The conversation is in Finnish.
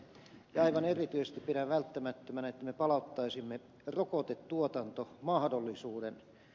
ja aivan erityisesti pidän välttämättömänä että me palauttaisimme rokotetuotantomahdollisuuden